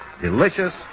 delicious